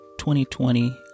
2020